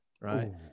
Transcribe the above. right